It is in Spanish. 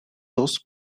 dos